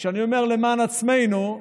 כשאני אומר "למען עצמנו"